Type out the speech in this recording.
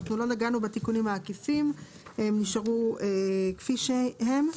לא נגענו בתיקונים העקיפים, הם נשארו כפי שהם,